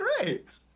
great